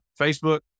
Facebook